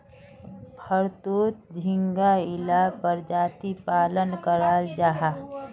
भारतोत झिंगार इला परजातीर पालन कराल जाहा